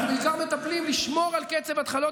אנחנו בעיקר מטפלים לשמור על קצב התחלות